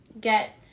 get